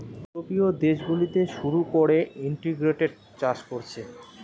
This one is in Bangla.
ইউরোপীয় দেশ গুলাতে শুরু কোরে ইন্টিগ্রেটেড চাষ কোরছে